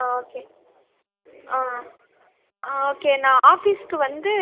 ஆ okay ஆ ஆ okay நான் ஆஃபிஸ்க்கு வந்து